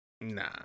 Nah